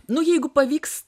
nu jeigu pavyks